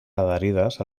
adherides